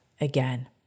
again